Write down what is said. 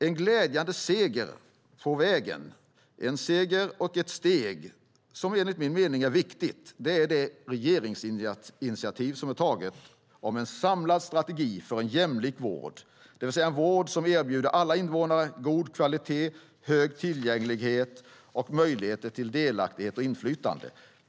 En glädjande seger och ett steg på vägen, som enligt min mening är viktigt, är regeringens initiativ till en samlad strategi för en jämlik vård, det vill säga en vård som erbjuder alla invånare god kvalitet, hög tillgänglighet och möjlighet till delaktighet och inflytande.